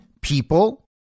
people